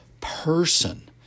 person